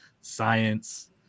science